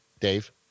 Dave